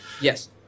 Yes